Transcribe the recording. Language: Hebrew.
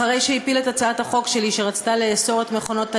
אחרי שהפיל את הצעת החוק שלי שרצתה לאסור את מכונות ההימורים,